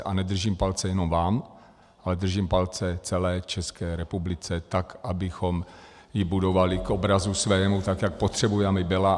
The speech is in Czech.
A nedržím palce jenom vám, ale držím palce celé České republice, tak abychom ji budovali k obrazu svému, tak jak potřebujeme, aby byla.